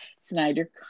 Snyder